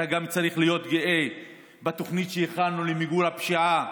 אתה גם צריך להיות גאה בתוכנית שהכנו למיגור הפשיעה.